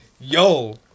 yo